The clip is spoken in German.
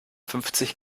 fünfzig